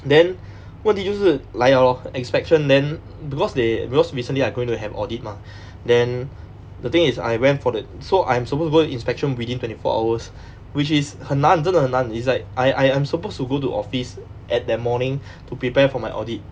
then 问题就是来 liao lor inspection then because they because recently I going to have audit mah then the thing is I went for the so I'm supposed to go inspections within twenty four hours which is 很难真的很难 it's like I I'm supposed to go to office at that morning to prepare for my audit